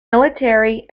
military